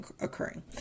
occurring